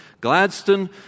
Gladstone